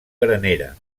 granera